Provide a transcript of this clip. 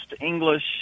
English